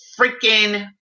freaking